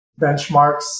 benchmarks